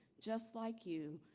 just like you,